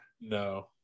No